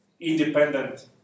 independent